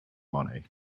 money